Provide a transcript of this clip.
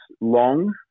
long